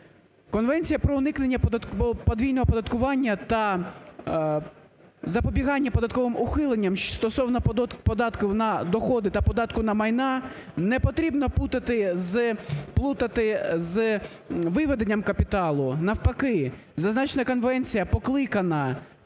Конвенція про уникнення подвійного оподаткування та запобігання податковим ухиленням стосовно податків на доходи та податку на майна не потрібно путати з... плутати з виведенням капіталу. Навпаки – зазначена конвенція покликана,